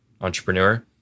entrepreneur